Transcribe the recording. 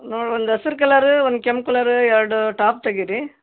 ನೋಡಿ ಒಂದು ಹಸ್ರ್ ಕಲರ ಒಂದು ಕೆಂಪು ಕಲರ ಎರಡು ಟಾಪ್ ತೆಗೀರಿ